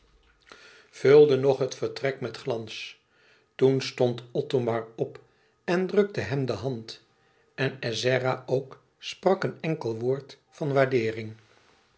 vulde nog het vertrek met glans toen stond othomar op en drukte hem de hand en ezzera ook sprak een enkel woord van waardeering